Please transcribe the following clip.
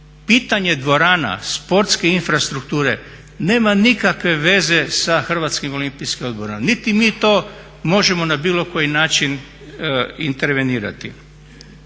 Pitanje dvorana, sportske infrastrukture nema nikakve veze sa Hrvatskim olimpijskim odborom niti mi to možemo na bilo koji način intervenirati.